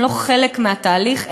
הם לא חלק מהתהליך,